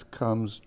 comes